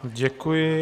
Děkuji.